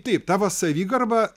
taip ta va savigarba